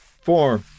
four